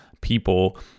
people